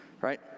Right